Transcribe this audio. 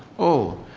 oh,